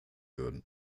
würden